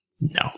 no